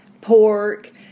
pork